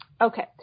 okay